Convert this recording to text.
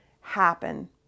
happen